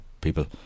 people